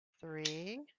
three